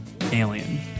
Alien